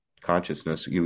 consciousness